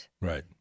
right